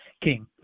King